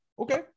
Okay